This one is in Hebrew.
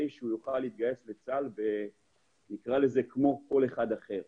שהוא יוכל להתגייס לצה"ל כמו כל אחד אחר.